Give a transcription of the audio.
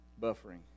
buffering